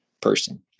person